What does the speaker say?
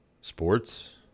sports